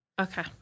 Okay